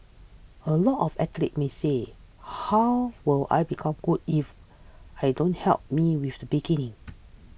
a lot of athletes may say how will I become good if I don't help me with the beginning